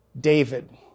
David